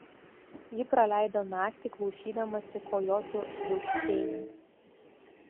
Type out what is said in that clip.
ji praleido naktį klausydamasi kojotų viauksėjimo